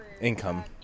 Income